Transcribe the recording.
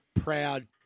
proud